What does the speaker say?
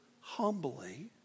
humbly